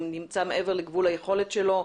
הוא נמצא מעבר לגבול היכולת שלו,